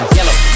Yellow